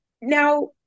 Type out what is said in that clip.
now